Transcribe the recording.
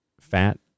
fat